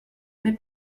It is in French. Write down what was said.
mais